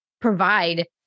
provide